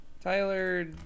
Tyler